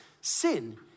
sin